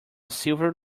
silver